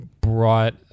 brought